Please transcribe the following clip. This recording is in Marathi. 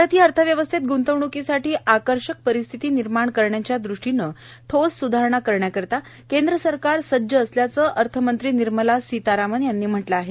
भारतीय अर्थव्यवस्थेत ग्ंतवण्कीसाठी आकर्षक परिस्थिती निर्माण करण्याच्या दृष्टीनं ठोस सुधारणा करण्यासाठी केंद्र सरकार सज्ज असल्याचं अर्थमंत्री निर्मला सीतारामण् यांनी म्हटलं आहे